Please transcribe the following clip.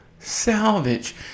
salvage